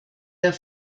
der